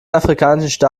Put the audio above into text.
afrikanischen